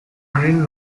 greene